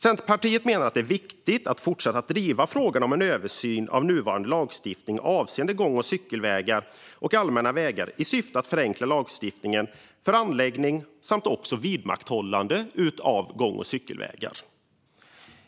Centerpartiet menar att det är viktigt att fortsätta att driva frågan om en översyn av nuvarande lagstiftning avseende gång och cykelvägar och allmänna vägar i syfte att förenkla lagstiftningen för anläggning och vidmakthållande av gång och cykelvägar.